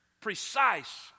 precise